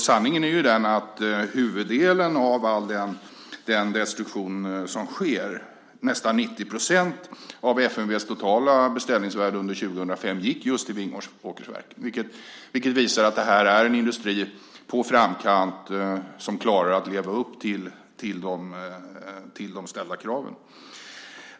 Sanningen är därför att huvuddelen av all den destruering som sker, nästan 90 % av FMV:s totala beställningsvärde under 2005, skedde just på Vingåkersverken, vilket visar att detta är en industri i framkant som klarar att leva upp till de ställda kraven.